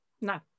No